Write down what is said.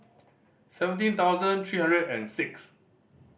seventeen thousand three hundred and six